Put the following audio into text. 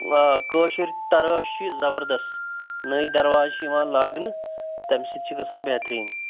آ کٲشِر تَرٛٲش چھِ زَبَردس نٔے درواز چھِ یِوان لاگنہٕ تمہِ سۭتۍ چھِ گَژھان بہتریٖن